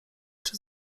czy